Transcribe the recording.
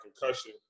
concussion